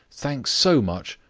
thanks so much.